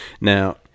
Now